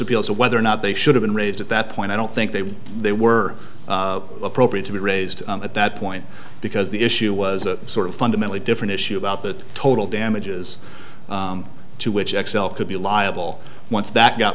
appeals or whether or not they should have been raised at that point i don't think they were they were appropriate to be raised at that point because the issue was a sort of fundamentally different issue about the total damages to which xcel could be liable once that got